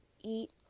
eat